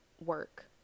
work